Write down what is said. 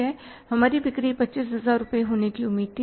इसलिए हमारी बिक्री 25000 रुपए होने की उम्मीद थी